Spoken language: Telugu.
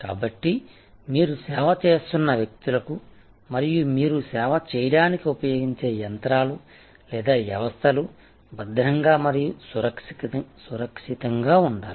కాబట్టి మీరు సేవ చేస్తున్న వ్యక్తులకు మరియు మీరు సేవ చేయడానికి ఉపయోగించే యంత్రాలు లేదా వ్యవస్థలు భద్రంగా మరియు సురక్షితంగా ఉండాలి